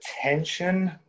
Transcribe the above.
attention